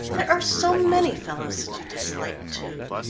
there are so many fellows that you dislike, too.